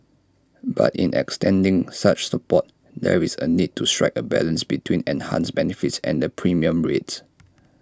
but in extending such support there is A need to strike A balance between enhanced benefits and the premium rates